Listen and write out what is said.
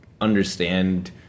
understand